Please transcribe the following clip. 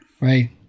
right